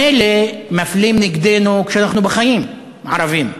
מילא, מפלים נגדנו כשאנחנו בחיים, הערבים,